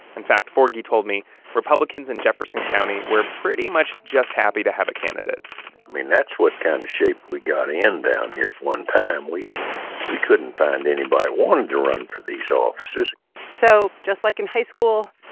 in fact, forgy told me republicans in jefferson county were pretty much just happy to have a candidate i mean, that's what kind of shape we'd got in down here at one time. we couldn't couldn't find anybody who wanted to run for these offices so just like in high school,